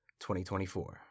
2024